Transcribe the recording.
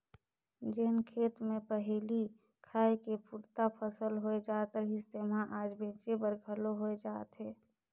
जेन खेत मे पहिली खाए के पुरता फसल होए जात रहिस तेम्हा आज बेंचे बर घलो होए जात हे